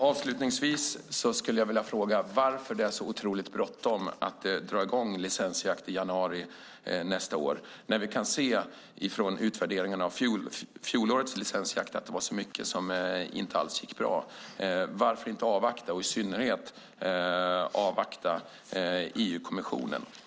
Avslutningsvis skulle jag vilja fråga varför det är så otroligt bråttom att dra i gång med licensjakt i januari nästa år. Från utvärderingen av fjolårets licensjakt kan vi ju se att det var mycket som inte alls gick bra. Varför inte avvakta - i synnerhet avvakta EU-kommissionens svar?